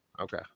Okay